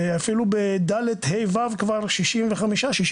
אפילו ב-ד' ה' ו' כבר 65%-66%.